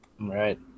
Right